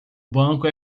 banco